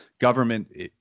government